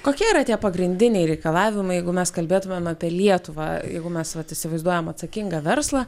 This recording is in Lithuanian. kokie yra tie pagrindiniai reikalavimai jeigu mes kalbėtumėm apie lietuvą jeigu mes įsivaizduojam atsakingą verslą